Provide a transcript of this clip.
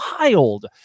wild